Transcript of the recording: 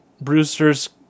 Brewster's